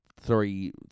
three